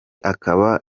akaba